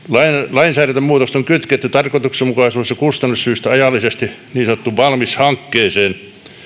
lainsäädäntömuutokset on kytketty tarkoituksenmukaisuus ja kustannussyistä ajallisesti niin sanottuun valmis hankkeeseen